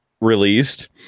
released